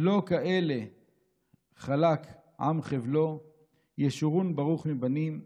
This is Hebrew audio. / לא לכאלה חלק עם חבלו / ישורון ברוך מבנים /